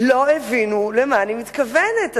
לא הבינו למה אני מתכוונת.